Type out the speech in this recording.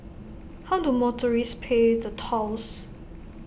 how do motorists pay the tolls